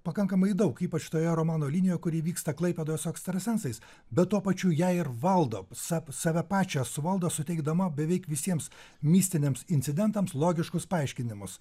pakankamai daug ypač toje romano linijoj kuri vyksta klaipėdoje su ekstrasensais bet tuo pačiu ją ir valdo sav save pačią suvaldo suteikdama beveik visiems mistiniams incidentams logiškus paaiškinimus